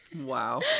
Wow